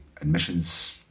admissions